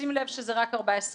לשים לב שזה רק 14 יום.